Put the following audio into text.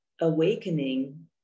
awakening